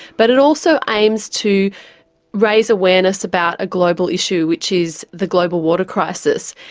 but it also aims to raise awareness about a global issue, which is the global water crisis,